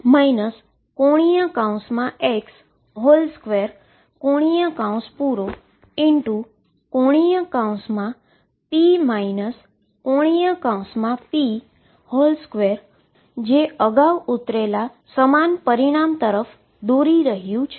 જે ≤⟨x ⟨x⟩2⟩⟨p ⟨p⟩2⟩ જે અગાઉ ઉતરેલા સમાન પરિણામ તરફ દોરી રહ્યું છે